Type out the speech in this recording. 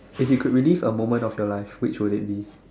if you could relive a moment of your life which would it be